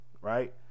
Right